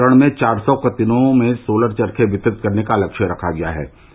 प्रथम चरण में चार सौ कत्तिनों में सोलर चरखे वितरित करने का लक्ष्य रखा गया है